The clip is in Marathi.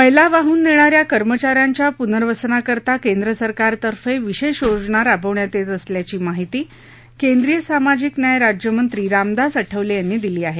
मली वाहन नेणाऱ्या कर्मचाऱ्यांच्या पुनर्वसनाकरता केंद्र सरकारतफे विशेष योजना राबवण्यात येत असल्याची माहिती केंद्रीय सामाजिक न्याय राज्यमंत्री रामदास आठवले यांनी दिली आहे